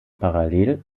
parallel